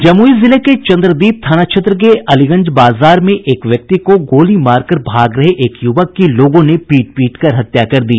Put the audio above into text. जमुई जिले के चन्द्रदीप थाना क्षेत्र के अलीगंज बाजार में एक व्यक्ति को गोलीमार कर भाग रहे युवक की लोगों ने पीट पीट कर हत्या कर दी